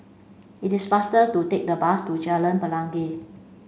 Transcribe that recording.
it is faster to take the bus to Jalan Pelangi